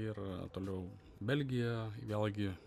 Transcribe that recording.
ir toliau belgija vėlgi